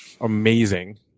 amazing